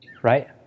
Right